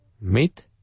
Meet